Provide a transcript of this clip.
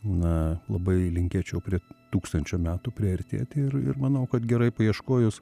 na labai linkėčiau prie tūkstančio metų priartėti ir ir manau kad gerai paieškojus